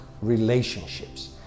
relationships